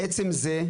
עצם זה,